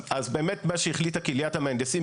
אז באמת מה שהחליטה קהילית המהנדסים,